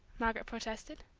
margaret protested.